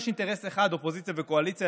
אופוזיציה וקואליציה,